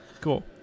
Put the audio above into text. Cool